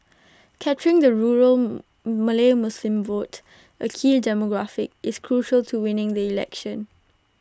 capturing the rural Malay Muslim vote A key demographic is crucial to winning the election